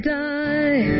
die